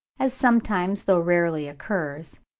as sometimes though rarely occurs,